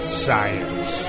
science